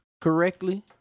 correctly